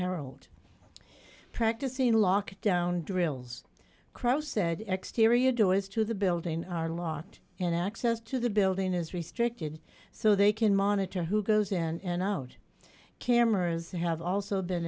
herald practicing lockdown drills cross said exteriors doors to the building are locked and access to the building is restricted so they can monitor who goes in and out cameras have also been